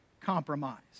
compromise